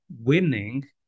winning